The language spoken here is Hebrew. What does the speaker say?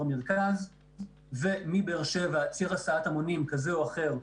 המרכז ומבאר שבע ציר הסעת המונים כזה או אחר,